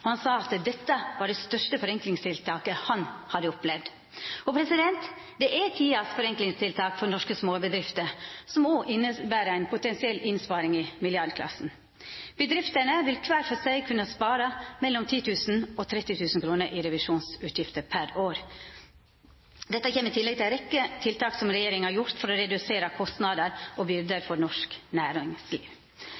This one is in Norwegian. og han sa at dette var det største forenklingstiltaket han hadde opplevd. Og det er tidenes forenklingstiltak for norske småbedrifter, som òg inneber ei potensiell innsparing i milliardklassen. Bedriftene vil kvar for seg kunna spara mellom 10 000 og 30 000 kr i revisjonsutgifter per år. Dette kjem i tillegg til ei rekkje tiltak som regjeringa har gjort for å redusera kostnader og byrder